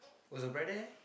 was her brother